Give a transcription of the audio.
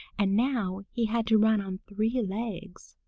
and now he had to run on three legs.